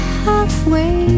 halfway